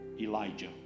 Elijah